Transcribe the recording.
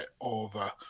over